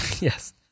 Yes